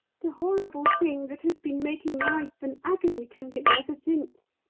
the horrible thing that has been making life an agony to him ever since.